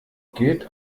gilt